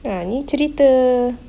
ah ni cerita